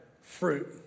fruit